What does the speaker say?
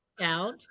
out